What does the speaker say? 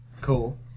Cool